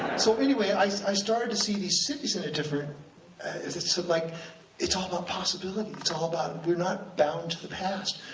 so anyway, i so i started to see these cities in a different it's so like it's all about possibility, it's all about, we're not bound to the past.